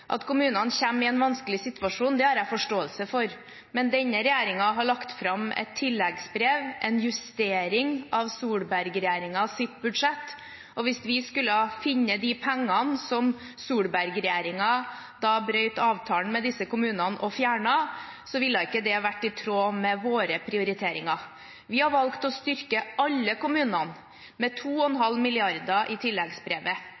At kommunene kommer i en vanskelig situasjon, har jeg forståelse for, men denne regjeringen har lagt fram et tilleggsbrev, en justering av Solberg-regjeringens budsjett. Hvis vi skulle ha funnet de pengene som Solberg-regjeringen fjernet da de brøt avtalen med disse kommunene, så ville ikke det vært i tråd med våre prioriteringer. Vi har valgt å styrke alle kommunene, med 2,5 mrd. kr i tilleggsbrevet.